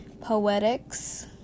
poetics